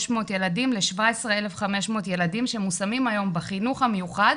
ילדים ל- 17,500 ילדים שמושמים היום בחינוך המיוחד,